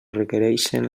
requereixen